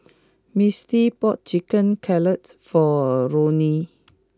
Mistie bought Chicken Cutlet for Ruie